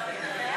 התשע"ו 2016,